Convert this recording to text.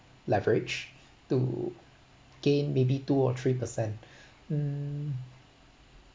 leverage to gain maybe two or three per cent mm